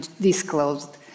disclosed